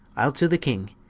i'le to the king,